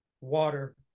water